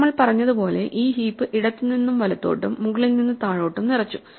നമ്മൾ പറഞ്ഞതുപോലെ ഈ ഹീപ്പ് ഇടത്തു നിന്ന് വലത്തോട്ടും മുകളിൽ നിന്ന് താഴോട്ടും നിറച്ചു